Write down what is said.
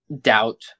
doubt